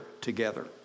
together